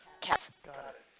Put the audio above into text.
cat